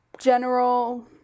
General